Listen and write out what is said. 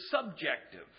subjective